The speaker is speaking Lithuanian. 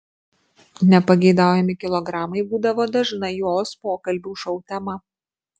nepageidaujami kilogramai būdavo dažna jos pokalbių šou tema